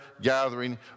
gathering